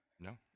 No